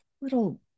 little